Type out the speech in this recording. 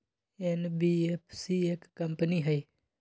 NBFC एक company हई?